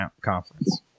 conference